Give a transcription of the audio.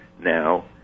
now